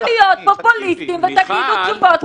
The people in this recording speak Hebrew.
מישהו אומר שאין טרור ושלא צריך למגר את הטרור?